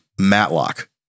Matlock